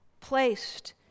placed